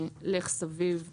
לך סביב (הוראות).